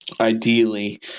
ideally